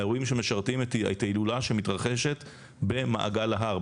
האירועים שמשרתים את ההילולה שמתרחשת במעגל ההר,